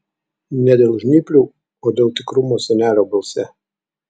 ne dėl žnyplių o dėl tikrumo senelio balse